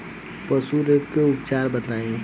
पशु रोग के उपचार बताई?